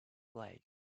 blake